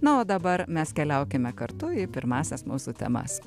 na o dabar mes keliaukime kartu į pirmąsias mūsų temas